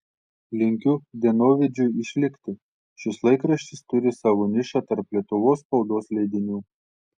linkiu dienovidžiui išlikti šis laikraštis turi savo nišą tarp lietuvos spaudos leidinių